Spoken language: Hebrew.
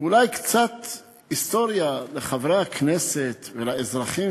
אולי קצת היסטוריה לחברי הכנסת ולאזרחים